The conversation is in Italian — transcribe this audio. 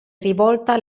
rivolta